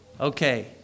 okay